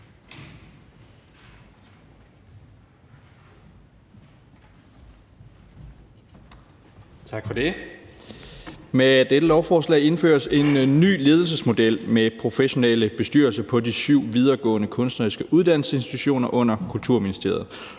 Tak for det.